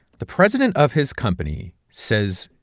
the president of his company says,